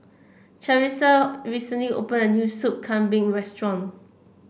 Charissa recently opened a new Soup Kambing restaurant